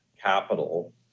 capital